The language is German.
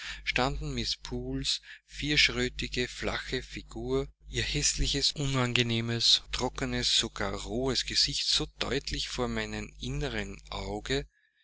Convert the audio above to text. standen mrs poole's vierschrötige flache figur ihr häßliches unangenehmes trockenes sogar rohes gesicht so deutlich vor meinem inneren auge